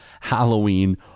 Halloween